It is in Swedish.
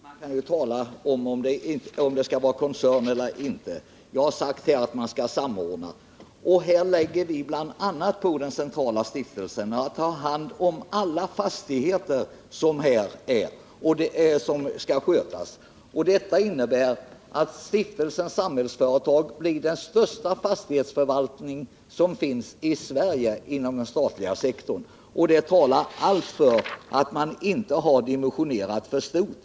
Herr talman! Man kan diskutera om den här verksamheten skall liknas vid en koncern eller inte. Men jag har talat om att verksamheterna inom regionerna måste samordnas, och i det avseendet lägger vi på den centrala stiftelsen bl.a. att ha hand om de frågor som sammanhänger med alla de fastigheter som det här är fråga om. Detta innebär att Stiftelsen Samhällsföretag blir den största fastighetsförvaltaren i Sverige inom den statliga sektorn. Detta talar för att man inte har valt ett dimensioneringsalternativ som är för högt.